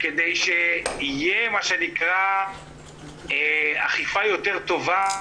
כדי שתהיה אכיפה יותר טובה,